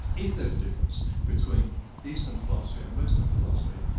if there's a difference between eastern philosophy and western philosophy,